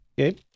Okay